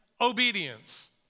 obedience